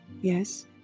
Yes